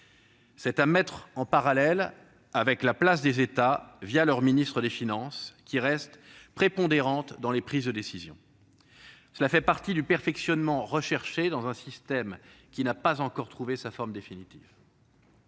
est à mettre en parallèle avec la place des États- par l'intermédiaire de leurs ministres des finances -, qui reste prépondérante dans les prises de décision. Cela fait partie du perfectionnement recherché dans un système qui n'a pas encore trouvé sa forme définitive.